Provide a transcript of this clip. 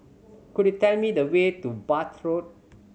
could you tell me the way to Bath Road